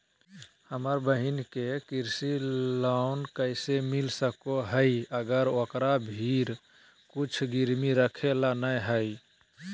हमर बहिन के कृषि लोन कइसे मिल सको हइ, अगर ओकरा भीर कुछ गिरवी रखे ला नै हइ?